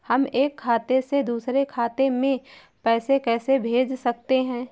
हम एक खाते से दूसरे खाते में पैसे कैसे भेज सकते हैं?